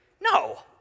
No